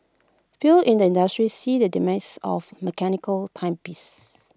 few in the industry see the demise of the mechanical timepiece